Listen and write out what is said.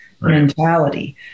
mentality